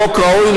חוק ראוי,